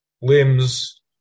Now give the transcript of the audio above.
limbs